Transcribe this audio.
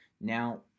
Now